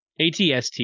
ATST